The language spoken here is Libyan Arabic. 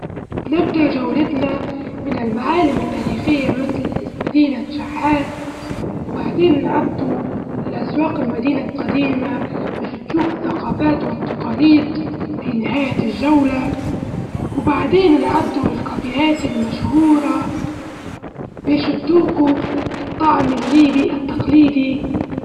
نبدأ جولتنا من المعالم التاريخية مثل مدينة شحات، وبعدين نعدو للأسواق المدينة الجديمة بس تشوف الثقافات والتقاليد في نهاية الجولة، وبعدين نعدو للكافيهات المشهورة باش الطعم الليبي التقليدي.